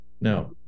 Now